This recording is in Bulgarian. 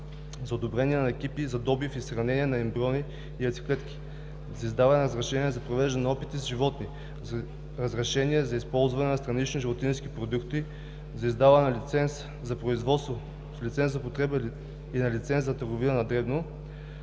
за одобрение на екипите за добив и съхранение на ембриони и яйцеклетки; за издаване на разрешение за провеждане на опити с животни; за разрешение за използването на странични животински продукти; за издаване на лиценз за производство, на лиценз за употреба и на лиценз за търговия на дребно